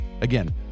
Again